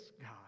God